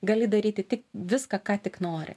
gali daryti tik viską ką tik nori